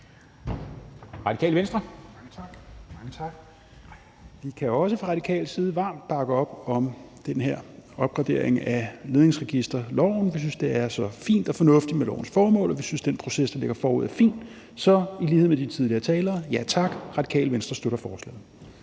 Mange tak. Vi kan også fra radikal side varmt bakke op om den her opgradering af ledningsejerregisterloven. Vi synes, at det er så fint og fornuftigt med lovens formål, og vi synes, at den proces, der ligger forud, er fin, så i lighed med de tidligere talere vil jeg sige: Ja tak. Radikale Venstre støtter forslaget.